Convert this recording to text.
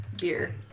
beer